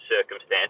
circumstance